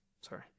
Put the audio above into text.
sorry